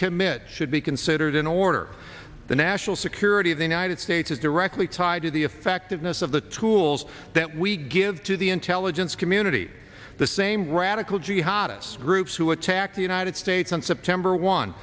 recommit should be considered in order the national security of the united states is directly tied to the effectiveness of the tools that we give to the intelligence community the same radical jihad as groups who attacked the united states on september one